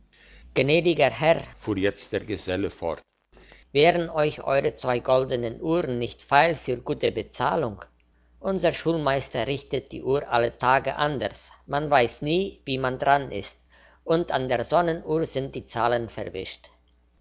herr fuhr jetzt der geselle fort wären euch eure zwei goldenen uhren nicht feil für gute bezahlung unser schulmeister richtet die uhr alle tage anderst man weiss nie wie man dran ist und an der sonnenuhr sind die zahlen verwischt